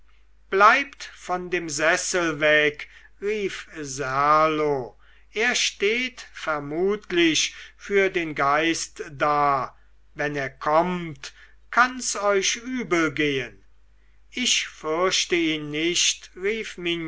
bleibt von dem sessel weg rief serlo er steht vermutlich für den geist da wenn er kommt kann's euch übel gehen ich fürchte ihn nicht rief